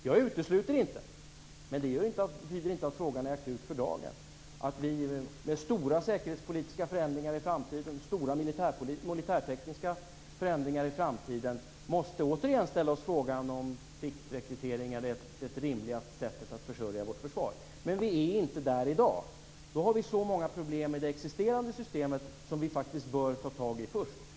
Jag utesluter inte att vi med stora säkerhetspolitiska och militärtekniska förändringar i framtiden återigen måste ställa oss frågan om pliktrekrytering är det rimligaste sättet att försörja vårt försvar, men det betyder inte att frågan är akut för dagen. Vi är inte där i dag. Vi har så många problem med det existerande systemet som vi faktiskt bör ta tag i först.